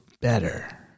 better